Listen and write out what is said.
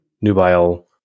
nubile